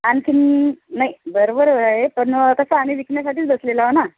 आणखीन नाही बरोबरच आहे पण कसं आम्ही विकण्यासाठीच बसलेलो आहे ना